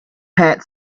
pat